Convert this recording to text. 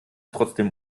trotzdem